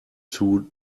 too